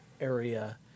area